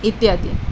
ଇତ୍ୟାଦି